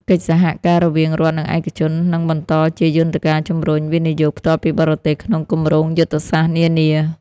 កិច្ចសហការរវាងរដ្ឋ និងឯកជន នឹងបន្តជាយន្តការជំរុញ វិនិយោគផ្ទាល់ពីបរទេស ក្នុងគម្រោងយុទ្ធសាស្ត្រនានា។